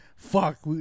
Fuck